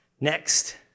Next